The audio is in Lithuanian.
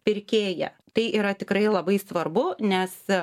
pirkėją tai yra tikrai labai svarbu nes